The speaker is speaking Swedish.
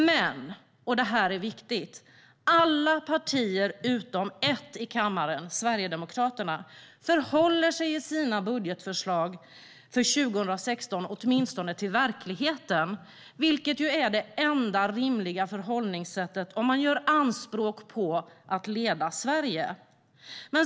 Men - och det här är viktigt - alla partier utom ett i kammaren, Sverigedemokraterna, förhåller sig i sina budgetförslag för 2016 åtminstone till verkligheten, vilket är det enda rimliga förhållningssättet om man gör anspråk på att leda Sverige.